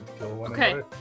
Okay